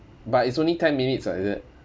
but it's only ten minutes like that